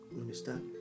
understand